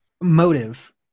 Motive